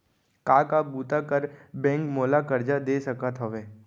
का का बुता बर बैंक मोला करजा दे सकत हवे?